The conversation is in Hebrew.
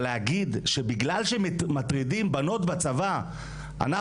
אבל להגיד שבגלל שמטרידים בנות בצבא אנחנו